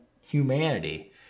humanity